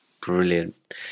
brilliant